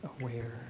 aware